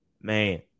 man